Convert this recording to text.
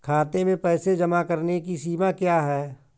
खाते में पैसे जमा करने की सीमा क्या है?